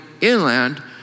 inland